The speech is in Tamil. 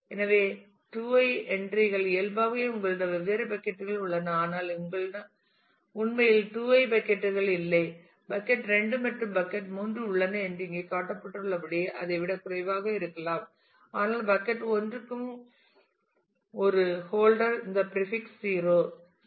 எனவே 2i என்ட்ரிகள் இயல்பாகவே உங்களிடம் வெவ்வேறு பக்கட் கள் உள்ளன ஆனால் உங்களிடம் உண்மையில் 2i பக்கட் கள் இல்லை பக்கட் 2 மற்றும் பக்கட் 3 உள்ளன என்று இங்கே காட்டப்பட்டுள்ளபடி அதை விட குறைவாக இருக்கலாம் ஆனால் பக்கட் 1 இரண்டிற்கும் ஒரு ஹோல்டர் இந்த பிரீபிக்ஸ் 0 0 மற்றும் பிரீபிக்ஸ் 0 1